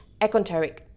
Econteric